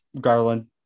Garland